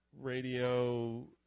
radio